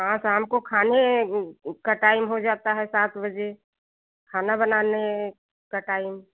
हाँ शाम को खाने का टाइम हो जाता है सात बजे कहना बनाने का टाइम